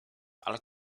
ale